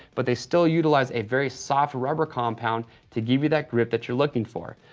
but they still utilize a very soft rubber compound to give you that grip that you're looking for.